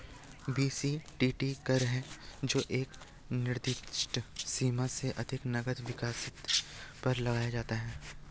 BCTT कर है जो एक निर्दिष्ट सीमा से अधिक नकद निकासी पर लगाया जाता है